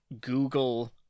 Google